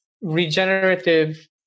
regenerative